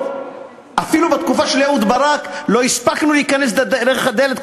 אפילו בתקופה של אהוד ברק לא הספקנו להיכנס דרך הדלת,